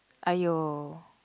!aiyo!